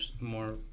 more